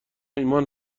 ایمان